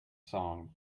song